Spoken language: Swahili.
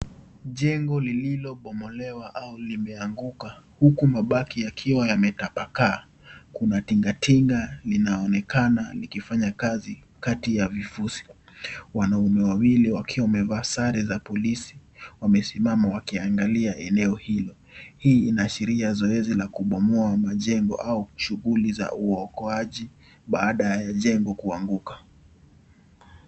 Jengo lililobomolewa au limeanguka huku mabaki yakiwa yametapakaa. Kuna tingatinga linaonekana likifanya kazi kati ya vifusi. Wanaume wawili wakiwa wamevaa sare za polisi wamesimama wakiangalia eneo hilo. Hii inaashiria zoezi la kubomoa majengo au shughuli za uokoaji baada ya jengo kuanguka.